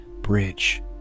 bridge